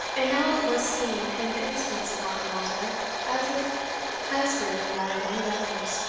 and now it was seen in the instance of martin waldeck, as it has been in that of many others,